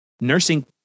nursing